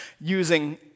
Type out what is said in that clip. using